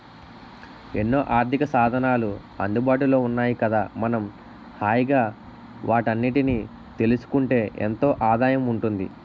ఎన్నో ఆర్థికసాధనాలు అందుబాటులో ఉన్నాయి కదా మనం హాయిగా వాటన్నిటినీ తెలుసుకుంటే ఎంతో ఆదాయం ఉంటుంది